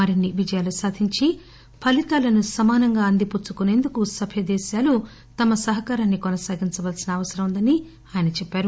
మరిన్ని విజయాలు సాధించి ఫలితాలను సమానంగా అందిపుచ్చుకుసేందుకు సభ్య దేశాలు తమ సహకారాన్ని కనసాగించవలసిన అవసరం ఉందని ఆయన అన్నారు